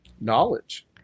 knowledge